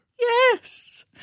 Yes